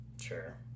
Sure